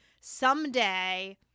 someday